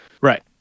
Right